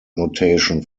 notation